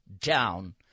down